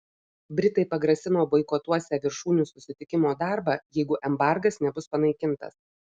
britai pagrasino boikotuosią viršūnių susitikimo darbą jeigu embargas nebus panaikintas